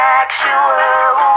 actual